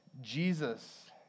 Jesus